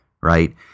right